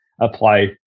apply